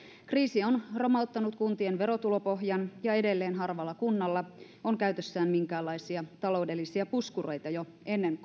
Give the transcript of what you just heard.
kriisi on romauttanut kuntien verotulopohjan ja edelleen harvalla kunnalla on käytössään minkäänlaisia taloudellisia puskureita jo ennen